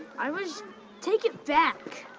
i was take it back!